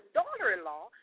daughter-in-law